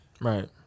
Right